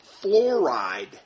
fluoride